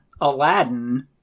Aladdin